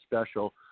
special